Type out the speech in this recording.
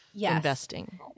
investing